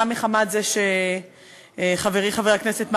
גם מחמת זה שחברי חבר הכנסת מרגי,